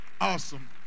Awesome